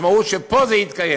המשמעות היא שפה זה יתקיים.